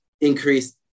increase